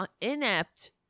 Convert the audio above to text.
inept